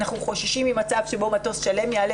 אנחנו חוששים ממצב שבו מטוס שלם יעלה